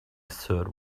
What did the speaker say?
third